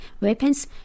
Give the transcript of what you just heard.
weapons